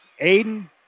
Aiden